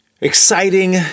exciting